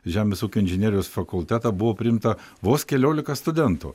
žemės ūkio inžinerijos fakultetą buvo priimta vos keliolika studentų